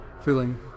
feeling